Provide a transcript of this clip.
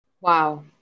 Wow